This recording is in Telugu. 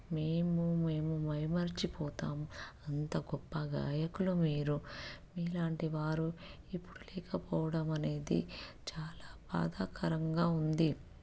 మేము మేము మైమరిచిపోతాం అంత గొప్ప గాయకులు మీరు మీలాంటి వారు ఇప్పుడు లేకపోవడం అనేది చాలా బాధాకరంగా ఉంది